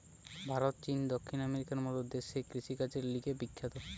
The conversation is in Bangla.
ভারত, চীন, দক্ষিণ আমেরিকার মত দেশ কৃষিকাজের লিগে বিখ্যাত